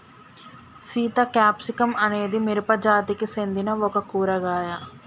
Sita capsicum అనేది మిరపజాతికి సెందిన ఒక కూరగాయ